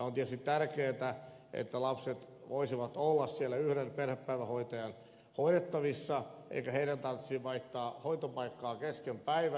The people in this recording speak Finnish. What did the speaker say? on tietysti tärkeätä että lapset voisivat olla siellä yhden perhepäivähoitajan hoidettavina eikä heidän tarvitsisi vaihtaa hoitopaikkaa kesken päivän